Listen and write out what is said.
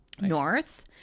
North